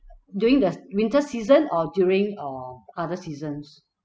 during the winter season or during err other seasons